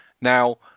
Now